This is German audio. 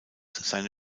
seine